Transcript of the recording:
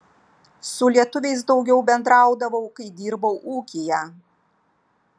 su lietuviais daugiau bendraudavau kai dirbau ūkyje